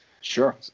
Sure